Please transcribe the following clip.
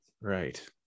right